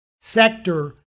sector